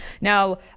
Now